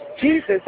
Jesus